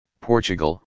Portugal